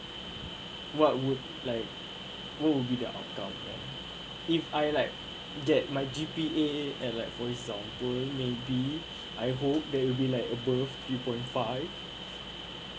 what would like what will be the outcome if I like get my G_P_A and like for example maybe I hope maybe like above three point five